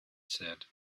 said